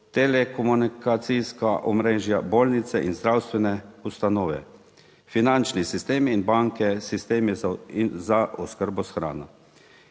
telekomunikacijska omrežja, bolnice in zdravstvene ustanove, finančni sistem in banke, sistem za oskrbo s hrano.